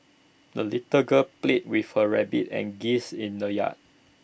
the little girl played with her rabbit and geese in the yard